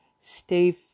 stay